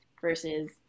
versus